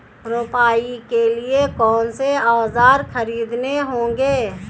रोपाई के लिए कौन से औज़ार खरीदने होंगे?